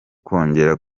kongera